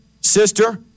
sister